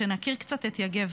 שנכיר קצת את יגב.